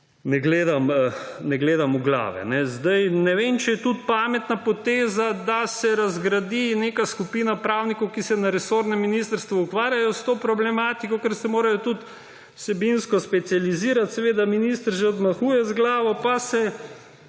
ne gledam v glave. Ne vem tudi, če je pametna poteza, da se razgradi neka skupina pravnikov, ki se na resornem ministrstvu ukvarja s to problematiko, za kar se morajo tudi vsebinsko specializirati – seveda minister že odmahuje z glavo – pa se